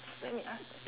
let me ask